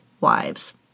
wives